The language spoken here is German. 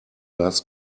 gas